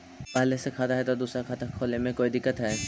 पहले से खाता है तो दूसरा खाता खोले में कोई दिक्कत है?